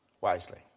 wisely